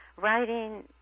writing